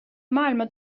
maailma